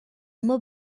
uma